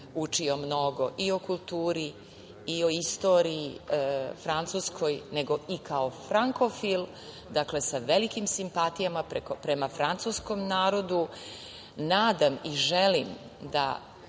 učio mnogo i o kulturi i o istoriji, kao i frankofil, sa velikim simpatijama prema francuskom narodu, nadam i želim da